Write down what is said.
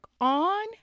on